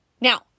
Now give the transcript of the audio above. Now